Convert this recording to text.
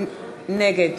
נגד